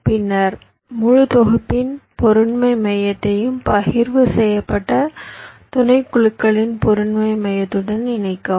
பின்னர் முழு தொகுப்பின் பொருண்மை மையத்தையும் பகிர்வு செய்யப்பட்ட துணைக்குழுக்களின் பொருண்மை மையத்துடன் இணைக்கவும்